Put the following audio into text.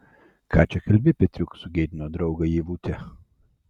ką čia kalbi petriuk sugėdino draugą ievutė